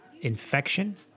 infection